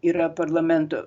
yra parlamento